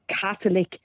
Catholic